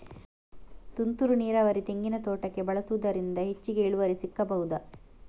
ತುಂತುರು ನೀರಾವರಿ ತೆಂಗಿನ ತೋಟಕ್ಕೆ ಬಳಸುವುದರಿಂದ ಹೆಚ್ಚಿಗೆ ಇಳುವರಿ ಸಿಕ್ಕಬಹುದ?